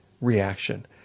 reaction